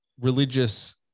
religious